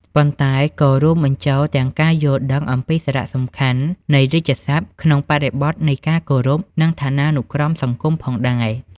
ប៉ុន្តែក៏រួមបញ្ចូលទាំងការយល់ដឹងអំពីសារៈសំខាន់នៃរាជសព្ទក្នុងបរិបទនៃការគោរព និងឋានានុក្រមសង្គមផងដែរ។